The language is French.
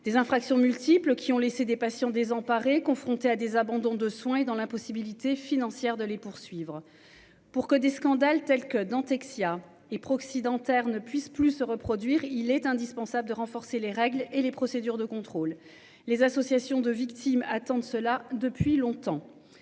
des infractions multiples qui ont laissé des patients désemparés, confronté à des abandons de soins et dans l'impossibilité financière de les poursuivre pour que des scandales tels que Dentexia et proxy dentaires ne puisse plus se reproduire. Il est indispensable de renforcer les règles et les procédures de contrôle. Les associations de victimes attendent cela depuis longtemps.